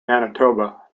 manitoba